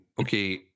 okay